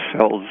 cell's